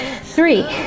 three